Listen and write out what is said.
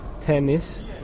tennis